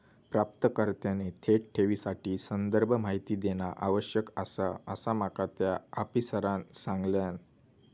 प्राप्तकर्त्याने थेट ठेवीसाठी संदर्भ माहिती देणा आवश्यक आसा, असा माका त्या आफिसरांनं सांगल्यान